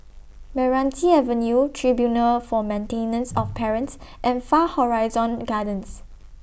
Meranti Avenue Tribunal For Maintenance of Parents and Far Horizon Gardens